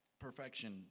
perfection